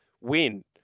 win